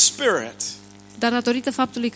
Spirit